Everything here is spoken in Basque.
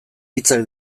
hitzak